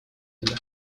туда